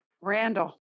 Randall